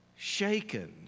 Shaken